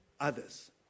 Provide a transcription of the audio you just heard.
others